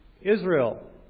Israel